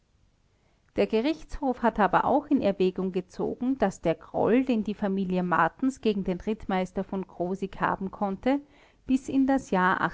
der gerichtshof hat aber auch in erwägung gezogen daß der groll den die familie martens gegen den rittmeister v krosigk haben konnte bis in das jahr